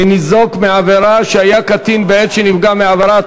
פיצוי לניזוק מעבירה שהיה קטין בעת שנפגע מהעבירה),